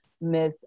Miss